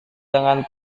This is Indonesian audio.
dengan